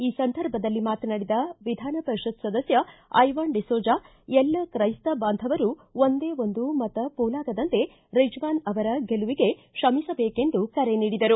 ಈ ಸಂದರ್ಭದಲ್ಲಿ ಮಾತನಾಡಿದ ವಿಧಾನ ಪರಿಷತ್ ಸದಸ್ಕ ಐವಾನ್ ಡಿಸೋಜಾ ಎಲ್ಲ ಕ್ರೈಸ್ತ ಬಾಂಧವರು ಒಂದೇ ಒಂದು ಮತ ಪೋಲಾಗದಂತೆ ರಿಜ್ಜಾನ್ ಅವರ ಗೆಲುವಿಗೆ ಶ್ರಮಿಸಬೇಕೆಂದು ಕರೆ ನೀಡಿದರು